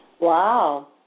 Wow